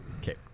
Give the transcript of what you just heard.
Okay